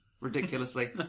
Ridiculously